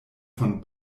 von